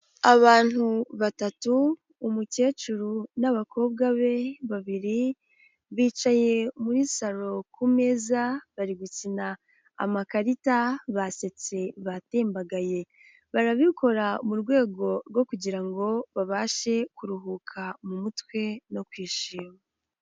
Abantu batatu, umukecuru n'abakobwa be babiri, bicaye muri saro ku meza bari gukina amakarita basetse batembagaye, barabikora mu rwego rwo kugira ngo babashe kuruhuka mu mutwe no kwishima.